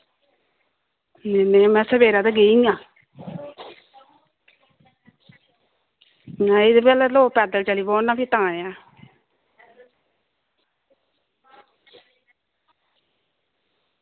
नेईं नेईं में सबेरै ते गेई आं आं फिर लोग पैदल चली पौन ना तां ई ऐ